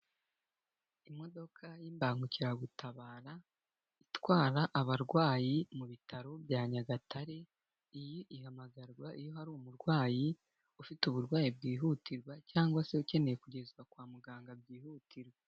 Imodoka y'imbangukiragutabara, itwara abarwayi mu bitaro bya Nyagatare, iyi ihamagarwa iyo hari umurwayi, ufite uburwayi bwihutirwa cyangwa se ukeneye kugezwa kwa muganga byihutirwa.